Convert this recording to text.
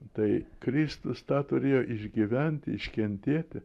tai kristus tą turėjo išgyventi iškentėti